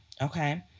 Okay